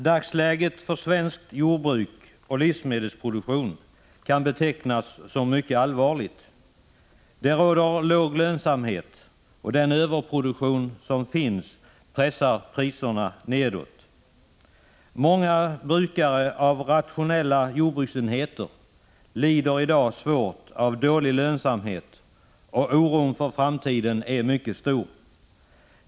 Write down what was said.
Dagsläget för svenskt jordbruk och svensk livsmedelsproduktion kan betecknas som mycket allvarligt. Det är låg lönsamhet, och den överproduktion som finns pressar priserna nedåt. Många brukare av rationella jordbruksenheter lider i dag svårt av dålig lönsamhet, och oron för framtiden är mycket stor.